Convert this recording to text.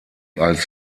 als